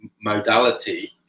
modality